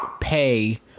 pay